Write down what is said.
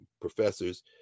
professors